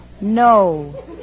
No